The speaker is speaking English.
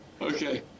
Okay